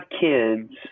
kids